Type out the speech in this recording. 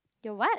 your what